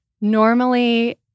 normally